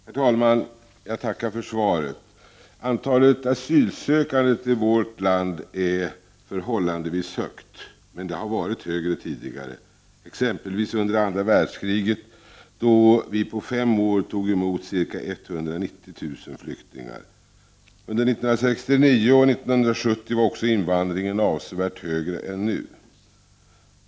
Herr talman! Jag tackar för svaret. Antalet asylsökande till vårt land är förhållandevis stort. Det har dock varit större tidigare, exempelvis under andra världskriget, då vi på fem år tog emot ca 190 000 flyktingar. Under år 1969 och 1970 var också invandringen avsevärt större än nu.